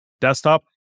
desktop